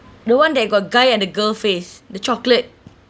the one that got guy and the girl face the chocolate